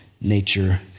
nature